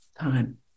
time